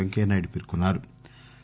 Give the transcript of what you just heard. వెంకయ్య నాయుడు పేర్కొన్నా రు